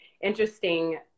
interesting